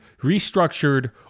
restructured